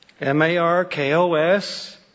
M-A-R-K-O-S